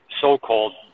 so-called